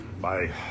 Bye